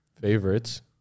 favorites